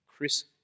Chris